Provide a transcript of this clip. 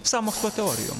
sąmokslo teorijom